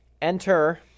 Enter